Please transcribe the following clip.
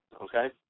okay